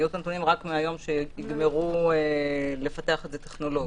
יהיו את הנתונים רק מהיום שיגמרו לפתח את זה טכנולוגית.